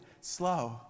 slow